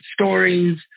stories